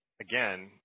again